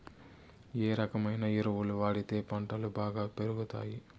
ఏ రకమైన ఎరువులు వాడితే పంటలు బాగా పెరుగుతాయి?